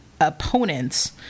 opponents